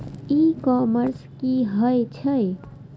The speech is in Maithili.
ई कॉमर्स की होय छेय?